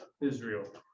Israel